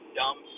dumb